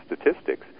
statistics